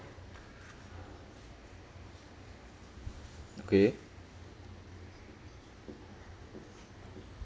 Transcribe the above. okay